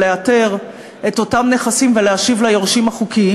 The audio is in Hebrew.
או לאתר את אותם נכסים ולהשיב ליורשים החוקיים,